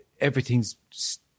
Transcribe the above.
everything's